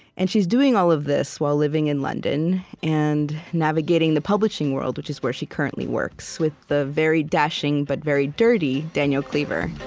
and she's doing all of this while living in london and navigating the publishing world, which is where she currently works with the very dashing, but very dirty, daniel cleaver